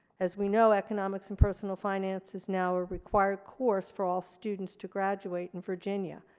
as we know, economics and personal finance is now a required course for all students to graduate in virginia.